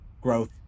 growth